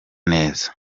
neza